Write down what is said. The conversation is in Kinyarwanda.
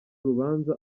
rubanza